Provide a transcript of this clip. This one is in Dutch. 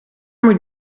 moet